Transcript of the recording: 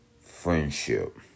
friendship